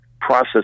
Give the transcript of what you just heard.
process